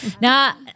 Now